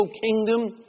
kingdom